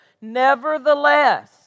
Nevertheless